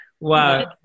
Wow